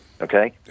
Okay